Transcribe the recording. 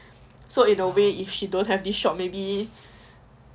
so in a way if she don't have this job maybe